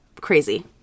crazy